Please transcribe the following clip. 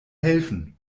helfen